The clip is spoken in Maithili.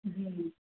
जी जी